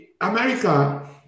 America